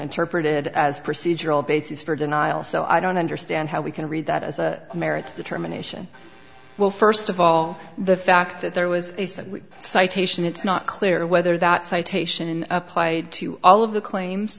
interpreted as procedural basis for denial so i don't understand how we can read that as a merits determination well st of all the fact that there was a citation it's not clear whether that citation applied to all of the claims